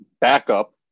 backup